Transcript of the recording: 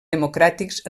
democràtics